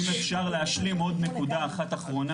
אם אפשר להשלים עוד נקודה אחת אחרונה,